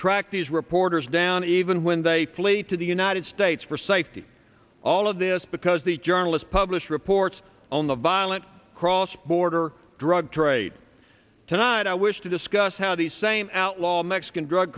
track these reporters down even when they flee to the united states for safety all of this because the journalist published reports on the violent cross border drug trade tonight i wish to discuss how these same outlaw mexican drug